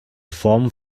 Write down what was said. form